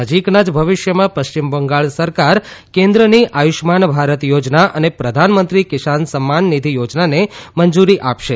નજીકના જ ભવિષ્યમાં પશ્ચિમ બંગાળ સરકાર કેન્દ્રની આયુષ્યમાન ભારત થોજના અને પ્રધાનમંત્રી કિશાન સન્માનનિધિ યોજનાને મંજૂરી આપશે